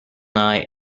eye